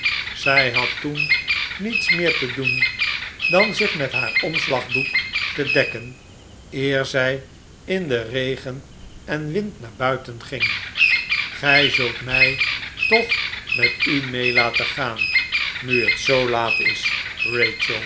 zij had toen niets meer te doen dan zich met haar omslagdoek te dekken eer zij in den regcn en wind naar buiten ging gij zult mij toch met u mee laten gaan nu het zoo laat is